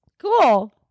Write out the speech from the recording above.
cool